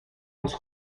los